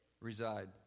reside